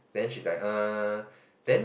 then she's like err then